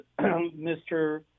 Mr